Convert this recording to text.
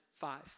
five